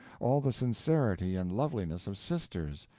all the sincerity and loveliness of sisters,